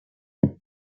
fondé